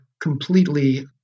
completely